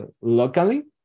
locally